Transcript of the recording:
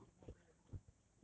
no ah then then why adele never go